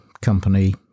company